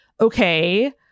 okay